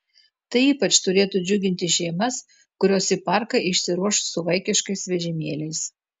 tai ypač turėtų džiuginti šeimas kurios į parką išsiruoš su vaikiškais vežimėliais